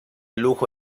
lujo